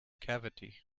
cavity